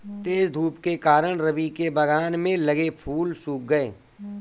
तेज धूप के कारण, रवि के बगान में लगे फूल सुख गए